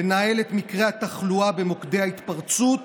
לנהל את מקרי התחלואה במוקדי ההתפרצות